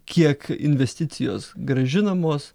kiek investicijos grąžinamos